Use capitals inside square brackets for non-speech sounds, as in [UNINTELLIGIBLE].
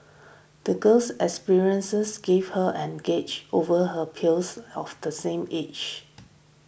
the girl's experiences gave her an [UNINTELLIGIBLE] over her peers of the same age